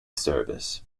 service